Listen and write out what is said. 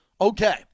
okay